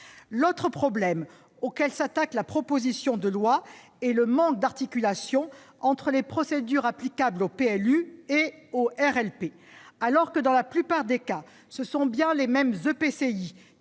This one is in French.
L'autre problème auquel s'attaque la proposition de loi est le manque d'articulation entre les procédures applicables aux PLU et aux RLP. Alors que dans la plupart des cas, ce sont bien les mêmes EPCI